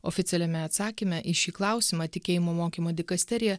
oficialiame atsakyme į šį klausimą tikėjimo mokymo dikasterija